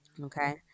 Okay